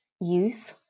Youth